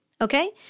okay